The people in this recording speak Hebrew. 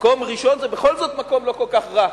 מקום ראשון, זה בכל זאת מקום לא כל כך רע.